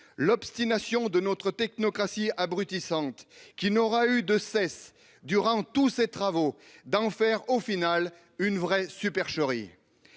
l'obstination de notre technocratie abrutissante, qui n'aura eu de cesse, durant tous ces travaux, d'en faire au final une vraie supercherie.